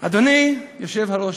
אדוני היושב-ראש,